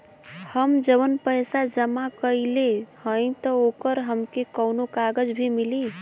हम जवन पैसा जमा कइले हई त ओकर हमके कौनो कागज भी मिली?